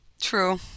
True